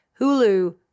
Hulu